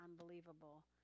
unbelievable